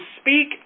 speak